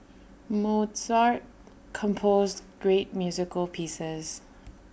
Mozart composed great musical pieces